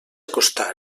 acostar